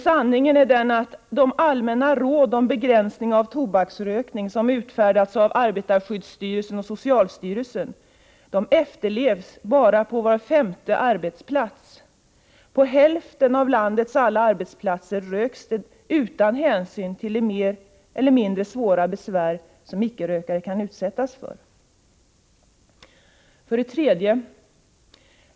Sanningen är att de allmänna råden om begränsning av tobaksrökning som utfärdats av arbetarskyddsstyrelsen och socialstyrelsen efterlevs på endast var femte arbetsplats. På hälften av landets alla arbetsplatser röks det utan hänsyn till de mer eller mindre svåra besvär icke-rökare kan utsättas för. 3.